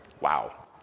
wow